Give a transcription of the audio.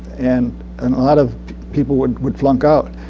and and a lot of people would would flunk out.